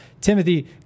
Timothy